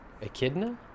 echidna